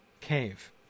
cave